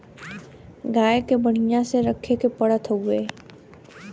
गाय के बढ़िया से रखे के पड़त हउवे